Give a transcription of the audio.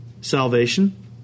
salvation